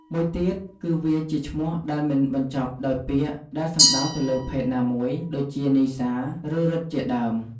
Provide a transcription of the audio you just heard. មួយទៀតគឺវាជាឈ្មោះដែលមិនបញ្ចប់ដោយពាក្យដែលសំដៅទៅលើភេទណាមួយ ដូចជា នីស្សា ឬ រិទ្ធជាដើម។